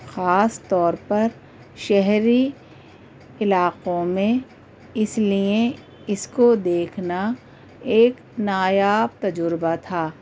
خاص طور پر شہری علاقوں میں اس لیے اس کو دیکھنا ایک نایاب تجربہ تھا